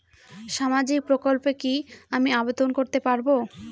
সামাজিক প্রকল্পে কি আমি আবেদন করতে পারবো?